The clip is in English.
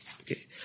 Okay